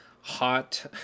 hot